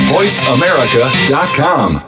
VoiceAmerica.com